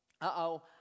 uh-oh